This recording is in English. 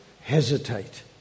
hesitate